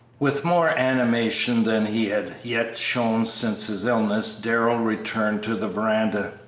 with more animation than he had yet shown since his illness, darrell returned to the veranda.